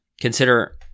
consider